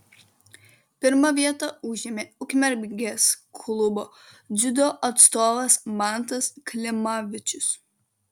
pirmą vietą užėmė ukmergės klubo dziudo atstovas mantas klimavičius